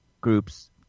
groups